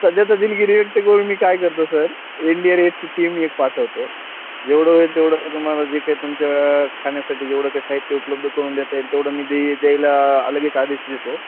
सध्या तर दिलगिरी व्यक्त करून मी काय करतो सर एन डी आर एचची टीम एक पाठवतो जेवढं होईल तेवढं तुम्हाला जे काय तुमच्या खाण्यासाठी जेवढं काय साहित्य उपलब्ध करून देता येईल तेवढं मी दे द्यायला लगेच आदेश देतो